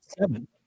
Seven